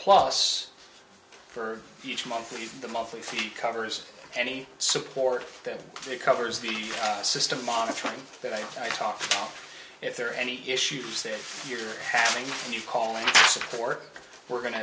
plus for each month the monthly fee covers any support that covers the system monitoring that i talked about if there are any issues that you're having and you calling support we're going to